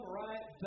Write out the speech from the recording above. right